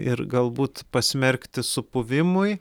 ir galbūt pasmerkti supuvimui